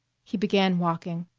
he began walking.